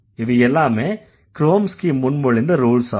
இவையெல்லாமே Chomsky முன்மொழிந்த rules ஆகும்